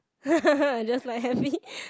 I just like happy